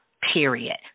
period